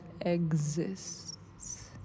exists